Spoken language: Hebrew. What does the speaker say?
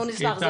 אנחנו נשמח.